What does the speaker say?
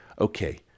Okay